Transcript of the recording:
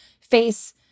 face